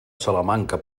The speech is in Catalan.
salamanca